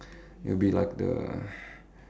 you will be like the